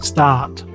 Start